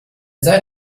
seid